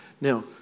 now